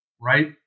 right